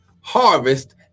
harvest